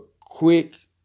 quick